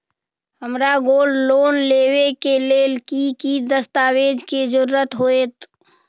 हमरा gold loan लेबे के लेल कि कि दस्ताबेज के जरूरत होयेत?